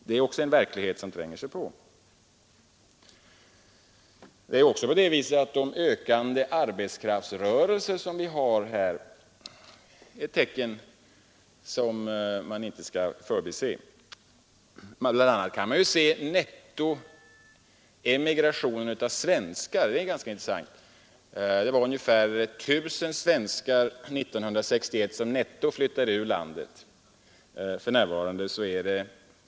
Det är också en del av den verklighet som tränger sig på. Vidare är de ökande arbetskraftsrörelserna ett tecken som man inte skall förbise. Man kan exempelvis se på nettoemigrationen av svenskar. Den är ganska intressant. År 1961 var det netto ungefär 1 000 svenskar som flyttade ur landet.